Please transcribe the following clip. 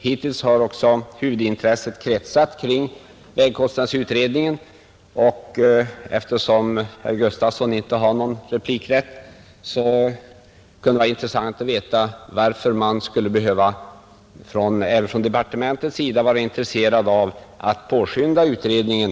Hittills har huvudintresset kretsat kring vägkostnadsutredningen, och eftersom herr Gustafson i Göteborg inte har någon replikrätt, kunde det vara intressant att få veta om man inte även från departementets sida borde vara intresserad av att påskynda utredningen.